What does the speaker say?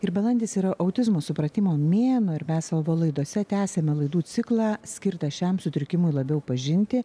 ir balandis yra autizmo supratimo mėnuo ir mes savo laidose tęsiame laidų ciklą skirtą šiam sutrikimui labiau pažinti